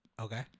Okay